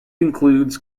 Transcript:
includes